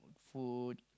food